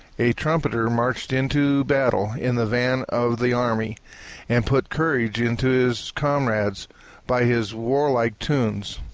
a trumpeter marched into battle in the van of the army and put courage into his comrades by his warlike tunes.